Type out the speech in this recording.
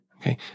okay